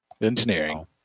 Engineering